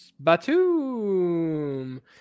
Batum